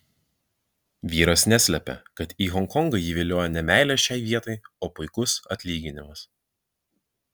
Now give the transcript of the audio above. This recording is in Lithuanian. vyras neslepia kad į honkongą jį vilioja ne meilė šiai vietai o puikus atlyginimas